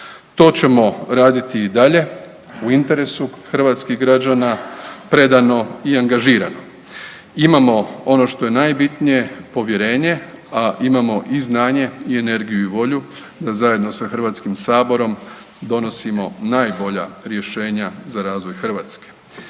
To ćemo raditi i dalje u interesu hrvatskih građana predano i angažirano. Imamo ono što je najbitnije, povjerenje, a imamo i znanje i energiju i volju da zajedno sa HS donosimo najbolja rješenja za razvoj Hrvatske.